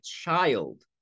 child